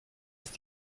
ist